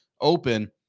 open